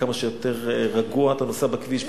כמה שיותר רגוע אתה נוסע בכביש.